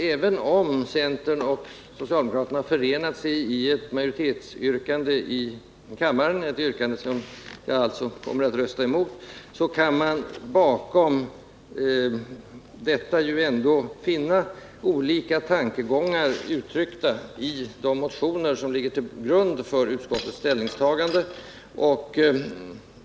Även om centern och socialdemokraterna har förenat sig i ett majoritetsyrkande i kammaren, ett yrkande som jag alltså kommer att rösta emot, kan man bakom detta ändå finna olika tankegångar uttryckta i de motioner som ligger till grund för utskottets ställningstagande.